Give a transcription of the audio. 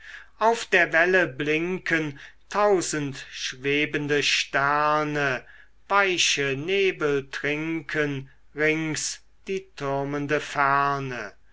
auf der welle blinken tausend schwebende sterne weiche nebel trinken rings die türmende ferne